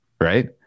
right